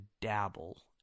dabble